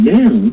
now